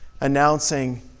announcing